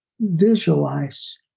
visualize